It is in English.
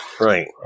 Right